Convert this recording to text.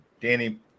Danny